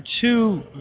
two